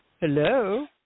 Hello